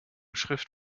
schrift